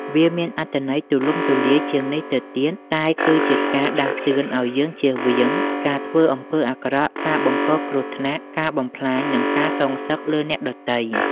វាមានអត្ថន័យទូលំទូលាយជាងនេះទៅទៀតតែគឺជាការដាស់តឿនឲ្យយើងជៀសវាង ការធ្វើអំពើអាក្រក់ ការបង្កគ្រោះថ្នាក់ ការបំផ្លាញ និងការសងសឹកលើអ្នកដទៃ។